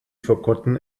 forgotten